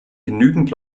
genügend